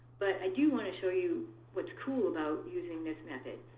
but i do want to show you what's cool about using this method,